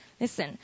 Listen